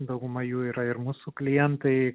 dauguma jų yra ir mūsų klientai